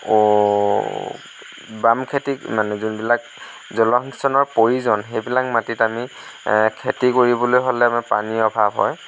বাম খেতি মানে যিবিলাক জলসিঞ্চনৰ প্ৰয়োজন সেইবিলাক মাটিত আমি খেতি কৰিবলে হ'লে আমাৰ পানীৰ অভাৱ হয়